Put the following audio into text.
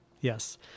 yes